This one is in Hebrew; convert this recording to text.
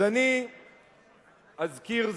אז אני אזכיר זאת,